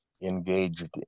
engaged